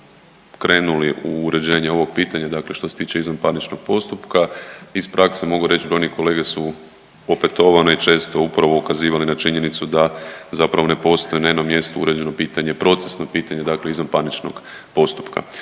u uređenje ovog pitanja, dakle što se tiče izvanparničnog postupka. Iz prakse mogu reći da oni kolege su opetovano i često upravo ukazivali na činjenicu da zapravo ne postoji na jednom mjestu uređeno pitanje, procesno pitanje dakle izvanparničnog postupka.